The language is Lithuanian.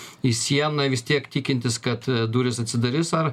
į sieną vis tiek tikintis kad durys atsidarys ar